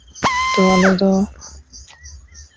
ᱛᱚ ᱟᱞᱮ ᱫᱚ